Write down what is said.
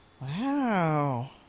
Wow